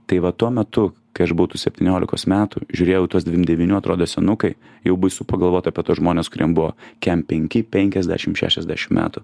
tai va tuo metu kai aš buvau tų septyniolikos metų žiūrėjau į tuos dvim devynių atrodė senukai jau baisu pagalvot apie tuos žmones kuriem buvo kem penki penkiasdešim šešiasdešim metų